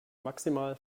maximal